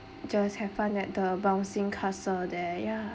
just have fun at the bouncing castle there ya